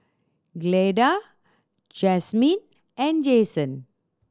Clyda Jasmine and Jayson